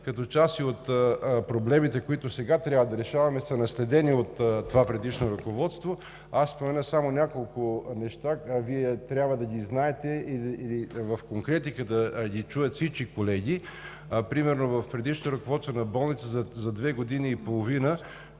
като част от проблемите, които сега трябва да решаваме, са наследени от това предишно ръководство. Ще спомена само няколко неща, а Вие трябва да ги знаете и в конкретика да ги чуят всички колеги. Примерно при предишното ръководство на болницата за две години и половина